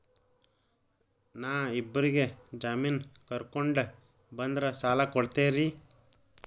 ನಾ ಇಬ್ಬರಿಗೆ ಜಾಮಿನ್ ಕರ್ಕೊಂಡ್ ಬಂದ್ರ ಸಾಲ ಕೊಡ್ತೇರಿ?